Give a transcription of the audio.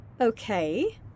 Okay